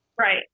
Right